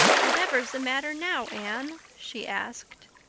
whatever's the matter now, anne? she asked.